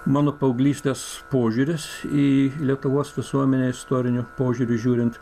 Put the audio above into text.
mano paauglystės požiūris į lietuvos visuomenę istoriniu požiūriu žiūrint